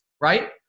right